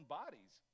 bodies